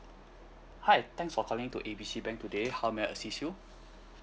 hi thanks for calling in to A B C bank today how may I assist you